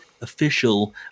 official